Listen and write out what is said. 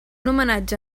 homenatge